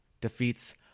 defeats